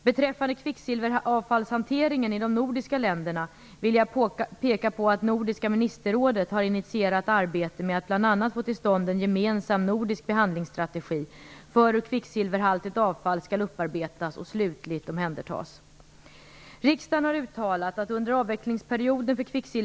Beträffande kvicksilveravfallshanteringen i de nordiska länderna vill jag peka på att Nordiska ministerrådet har initierat arbete med att bl.a. få till stånd en gemensam nordisk behandlingsstrategi för hur kvicksilverhaltigt avfall skall upparbetas och slutligt omhändertas.